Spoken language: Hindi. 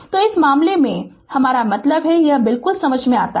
तो इस मामले में हमारा मतलब है कि यह बिल्कुल समझ में आता है